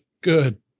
good